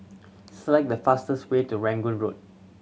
select the fastest way to Rangoon Road